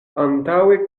antaŭe